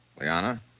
Liana